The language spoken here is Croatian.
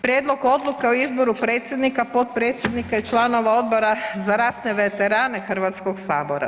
Prijedlog odluke o izboru predsjednika, potpredsjednika i članova Odbora za ratne veterane Hrvatskog sabora.